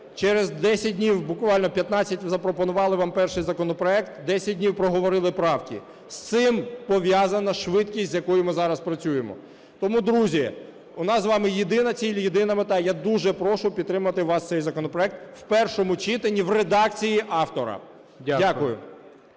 через 10 днів, буквально 15, запропонували вам перший законопроект, 10 днів проговорили правки. З цим пов'язана швидкість, з якою ми зараз працюємо. Тому, друзі, у нас з вами єдина ціль і єдина мета. Я дуже прошу підтримати вас цей законопроект в першому читанні в редакції автора. Дякую.